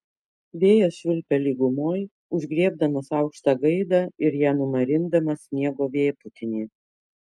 vėjas švilpia lygumoj užgriebdamas aukštą gaidą ir ją numarindamas sniego vėpūtiny